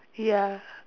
ya